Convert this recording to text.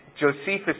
Josephus